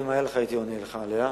גם אם היתה לך, הייתי עונה לך עליה,